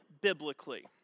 biblically